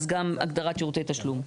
אז גם הגדרת שירותי תשלום.